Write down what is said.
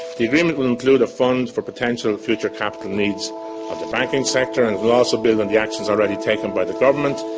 the agreement will include a fund for potential future capital needs of the banking sector, and it will also build on the actions already taken by the government.